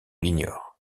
l’ignore